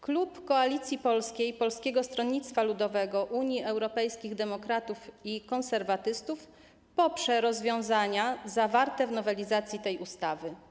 Klub Koalicji Polskiej - Polskiego Stronnictwa Ludowego, Unii Europejskich Demokratów i Konserwatystów poprze rozwiązania zawarte w nowelizacji tej ustawy.